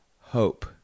hope